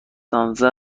لاویتمن